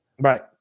Right